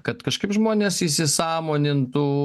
kad kažkaip žmonės įsisąmonintų